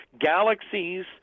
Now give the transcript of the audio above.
galaxies